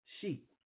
sheep